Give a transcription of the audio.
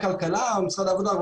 בעקבות ההערות שלהם,